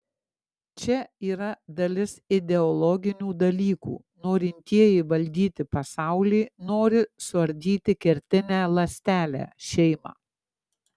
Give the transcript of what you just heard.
čia yra dalis ideologinių dalykų norintieji valdyti pasaulį nori suardyti kertinę ląstelę šeimą